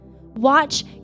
Watch